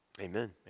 Amen